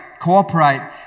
cooperate